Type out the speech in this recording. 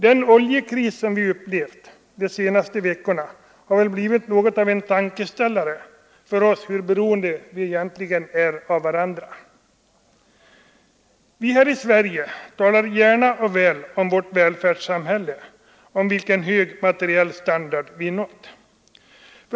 Den oljekris som vi upplevt de senaste veckorna har blivit något av en tankeställare och gjort klart för oss hur beroende vi egentligen är av varandra. Vi här i Sverige talar gärna och väl om vårt välfärdssamhälle, om vilken hög materiell standard vi nått.